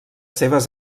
seves